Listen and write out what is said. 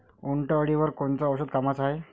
उंटअळीवर कोनचं औषध कामाचं हाये?